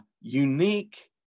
unique